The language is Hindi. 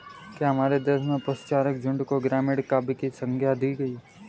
क्या हमारे देश में पशुचारक झुंड को ग्रामीण काव्य की संज्ञा दी गई है?